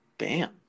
Bam